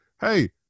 hey